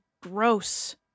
Gross